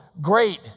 great